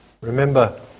Remember